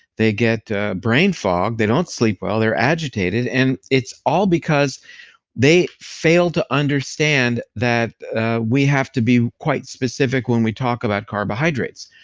they get brain fog, they don't sleep well, they're agitated, and it's all because they fail to understand that we have to be quite specific when we talk about carbohydrates,